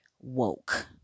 woke